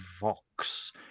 vox